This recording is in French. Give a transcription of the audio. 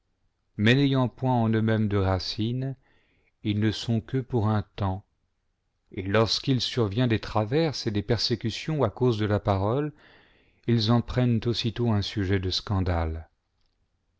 mais n'ayant point en eux-mêmes de racine ils ne l sont que pour un temps et lorsqu'il survient des traverses et des persécutions à cause de la parole ils en prennent aussitôt un sujet de scandale